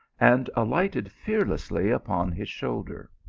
and alighted fearlessly upon his shoulder.